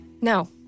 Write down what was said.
No